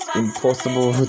impossible